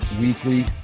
weekly